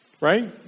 right